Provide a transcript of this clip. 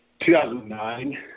2009